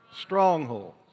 Strongholds